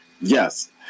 Yes